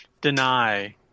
deny